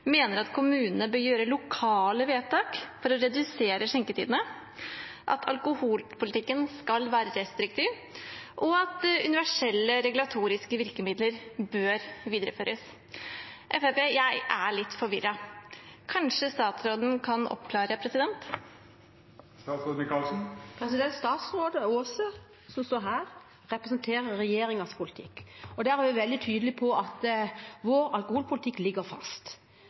mener at kommunene bør gjøre lokale vedtak for å redusere skjenketidene, at alkoholpolitikken skal være restriktiv, og at universelle regulatoriske virkemidler bør videreføres. Til Fremskrittspartiet: Jeg er litt forvirret. Kanskje statsråden kan oppklare. Statsråd Åse, som står her, representerer regjeringens politikk. Vi er veldig tydelige på at vår alkoholpolitikk ligger fast,